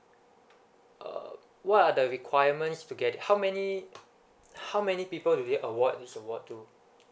uh what are the requirements to get it how many how many people do they award this award too